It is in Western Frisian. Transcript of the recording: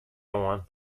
oan